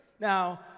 Now